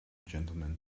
gentlemen